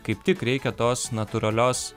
kaip tik reikia tos natūralios